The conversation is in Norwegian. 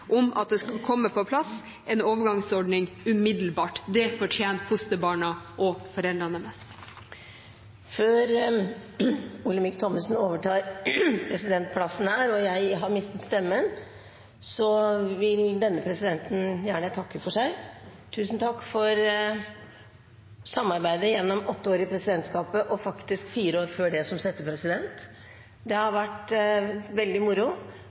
om at det skal komme på plass en overgangsordning umiddelbart. Det fortjener fosterbarna og foreldrene deres. Før Olemic Thommessen overtar presidentplassen – og jeg mister stemmen – vil denne presidenten gjerne takke for seg. Tusen takk for samarbeidet gjennom åtte år i presidentskapet, og faktisk fire år før det som settepresident. Det har vært veldig moro,